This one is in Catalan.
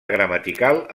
gramatical